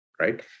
right